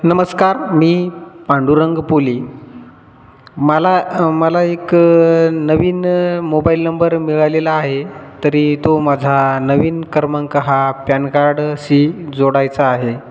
नमस्कार मी पांडुरंग पोली मला मला एक नवीन मोबाईल नंबर मिळालेला आहे तरी तो माझा नवीन क्रमांक हा पॅन कार्डशी जोडायचा आहे